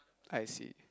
I see